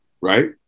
right